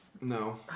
No